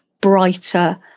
brighter